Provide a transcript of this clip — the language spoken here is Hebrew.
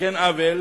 לתקן עוול